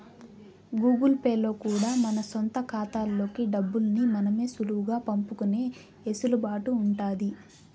Google Pay లో కూడా మన సొంత కాతాల్లోకి డబ్బుల్ని మనమే సులువుగా పంపుకునే ఎసులుబాటు ఉండాది